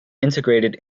integrated